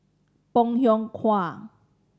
Bong Hiong Hwa